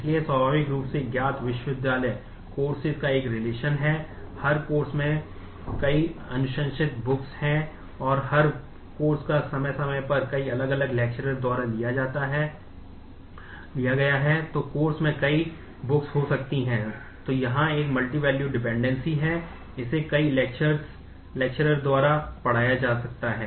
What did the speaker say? इसलिए यह स्वाभाविक रूप से ज्ञात विश्वविद्यालय Courses का एक रिलेशन है इसे कई Lecturers द्वारा पढ़ाया जा सकता है